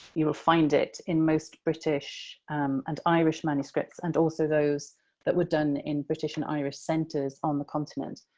you will find it in most british and irish manuscripts and also those that were done in british and irish centers on the continent.